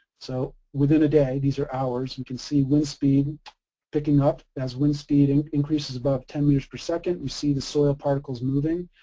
so within a day these are ours, you and can see wind speed picking up. as wind speed and increases about ten meters per second you see the soil particles moving.